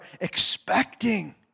expecting